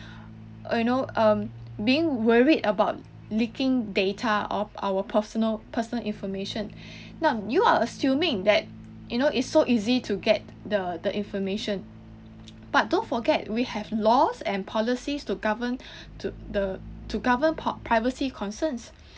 you know um being worried about leaking data of our personal personal information not you are assuming that you know it's so easy to get the the information but don't forget we have laws and policies to govern to the to govern pop~ privacy concerns